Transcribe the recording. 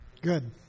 Good